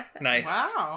nice